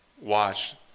watch